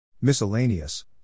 Miscellaneous